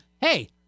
hey